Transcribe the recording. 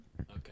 Okay